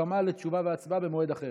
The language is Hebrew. הסכמה לתשובה והצבעה במועד אחר.